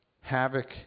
havoc